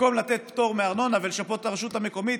במקום לתת פטור מארנונה ולשפות את הרשות המקומית,